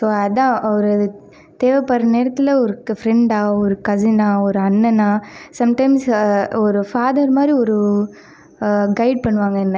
so அது தான் ஒரு தேவைப்படுற நேரத்தில் ஒரு ஃபிரெண்டாக ஒரு கசினாக ஒரு அண்ணனா சம்டைம்ஸ் ஒரு ஃபாதர் மாதிரி ஒரு கைடு பண்ணுவாங்கள் என்ன